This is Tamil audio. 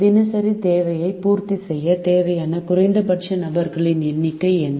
தினசரி தேவையை பூர்த்தி செய்ய தேவையான குறைந்தபட்ச நபர்களின் எண்ணிக்கை என்ன